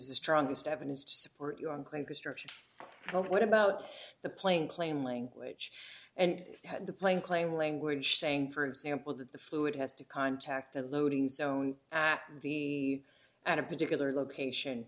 the strongest evidence to support your own claim construction what about the plane claim language and had the plane claim language saying for example that the fluid has to contact the loading zone at the at a particular location